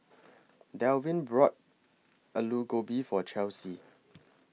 Delwin bought Alu Gobi For Chelsey